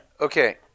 Okay